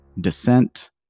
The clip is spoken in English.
Descent